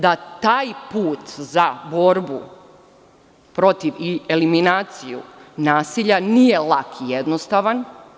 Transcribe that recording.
Da taj put za borbu protiv i eliminaciju nasilja nije lak i jednostavan.